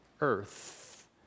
earth